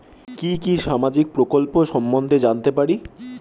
কি কি সামাজিক প্রকল্প সম্বন্ধে জানাতে পারি?